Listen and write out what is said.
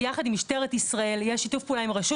ביחד עם משטרת ישראל ויש שיתוף פעולה גם עם רשות